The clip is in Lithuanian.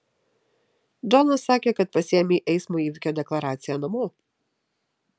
džonas sakė kad pasiėmei eismo įvykio deklaraciją namo